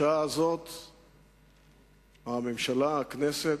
בשעה הזאת הממשלה, הכנסת,